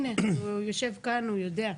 הנה, הוא יושב כאן, הוא יודע.